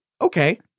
Okay